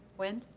when?